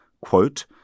quote